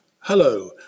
Hello